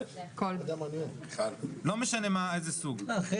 לא משנה איזה סוג.